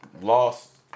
lost